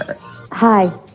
Hi